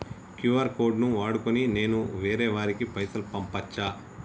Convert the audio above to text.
QR code ను వాడుకొని నేను వేరే వారికి పైసలు పంపచ్చా?